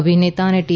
અભિનેતા અને ટી